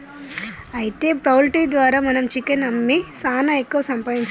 అయితే పౌల్ట్రీ ద్వారా మనం చికెన్ అమ్మి సాన ఎక్కువ సంపాదించవచ్చు